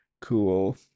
cool